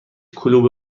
کلوب